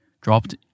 dropped